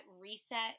reset